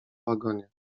wagonie